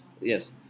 Yes